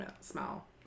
smell